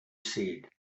said